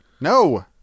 No